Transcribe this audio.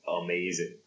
amazing